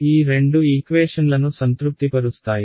ఈ రెండు ఈక్వేషన్లను సంతృప్తిపరుస్తాయి